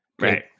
Right